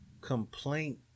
complaint